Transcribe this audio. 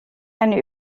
eine